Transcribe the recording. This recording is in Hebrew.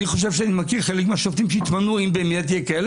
אני חושב שאני מכיר חלק מהשופטים שיתמנו אם באמת ---,